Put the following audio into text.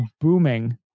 booming